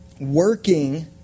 Working